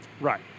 Right